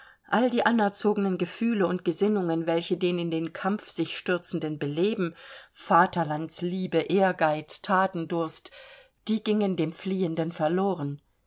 all die anerzogenen gefühle und gesinnungen welche den in den kampf sich stürzenden beleben vaterlandsliebe ehrgeiz thatendurst die gingen dem fliehenden verloren